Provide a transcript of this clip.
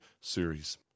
series